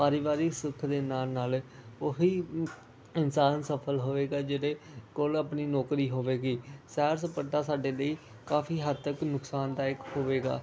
ਪਰਿਵਾਰਿਕ ਸੁੱਖ ਦੇ ਨਾਲ ਨਾਲ ਉਹੀ ਇਨਸਾਨ ਸਫਲ ਹੋਵੇਗਾ ਜਿਹਦੇ ਕੋਲ ਆਪਣੀ ਨੌਕਰੀ ਹੋਵੇਗੀ ਸੈਰ ਸਪਾਟਾ ਸਾਡੇ ਲਈ ਕਾਫੀ ਹੱਦ ਤੱਕ ਨੁਕਸਾਨ ਦਾਇਕ ਹੋਵੇਗਾ